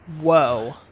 whoa